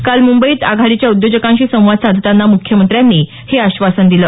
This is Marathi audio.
काल मुंबईत आघाडीच्या उद्योजकांशी संवाद साधताना मुख्यमंत्र्यांनी हे आश्वासन दिलं